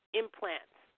implants